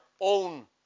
own